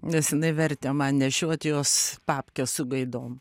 nes jinai vertė man nešiot jos papkę su gaidom